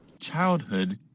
Childhood